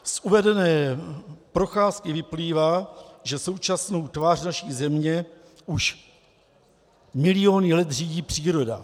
Z uvedené procházky vyplývá, že současnou tvář naší země už miliony let řídí příroda.